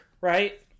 right